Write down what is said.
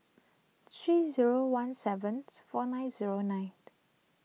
three zero one seven four nine zero nine